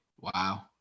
Wow